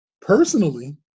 personally